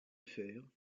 affaire